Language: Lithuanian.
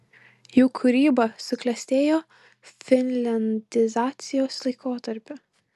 jų kūryba suklestėjo finliandizacijos laikotarpiu